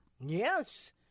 Yes